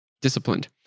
disciplined